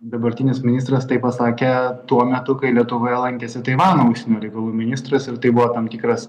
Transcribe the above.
dabartinis ministras tai pasakė tuo metu kai lietuvoje lankėsi taivano užsienio reikalų ministras ir tai buvo tam tikras